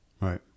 right